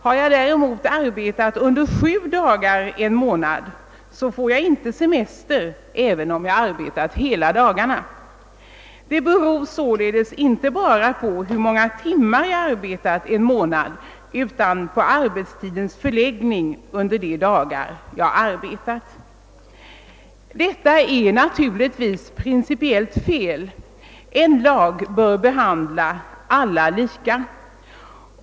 Har man däremot en månad arbetat i sju dagar, så får man inte semester, även om man arbetat hela dagarna. Det beror sålunda inte bara på hur många timmar jag arbetat en månad utan på arbetstidens förläggning under de dagar jag arbetat. Detta är naturligtvis principiellt fel. En lag bör behandla alla lika.